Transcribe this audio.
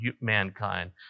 mankind